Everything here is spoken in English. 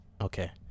okay